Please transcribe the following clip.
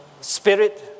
spirit